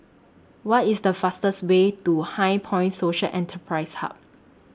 What IS The fastest Way to HighPoint Social Enterprise Hub